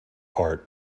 part